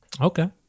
okay